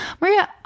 Maria